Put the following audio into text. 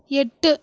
எட்டு